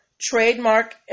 trademark